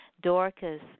Dorcas